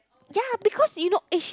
ya because you know eh she